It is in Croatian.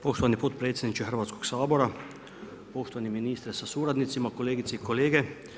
Poštovani potpredsjedniče Hrvatskoga sabora, poštovani ministre sa suradnicima, kolegice i kolege.